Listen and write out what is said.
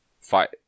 fight